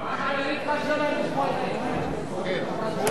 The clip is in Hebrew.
שתי דקות